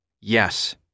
Yes